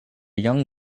young